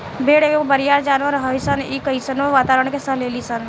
भेड़ एगो बरियार जानवर हइसन इ कइसनो वातावारण के सह लेली सन